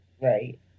right